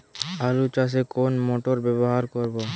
আলু চাষে কোন মোটর ব্যবহার করব?